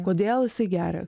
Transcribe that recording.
kodėl jisai geria